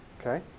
okay